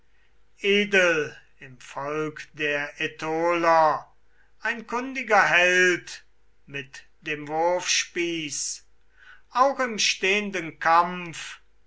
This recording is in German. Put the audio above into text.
im volk der ätoler ein kundiger held mit dem wurfspieß auch im stehenden kampf